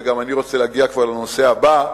וגם אני רוצה כבר להגיע לנושא הבא,